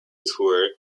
tour